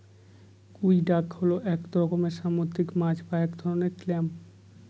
গুই ডাক হল এক রকমের সামুদ্রিক মাছ বা এক ধরনের ক্ল্যাম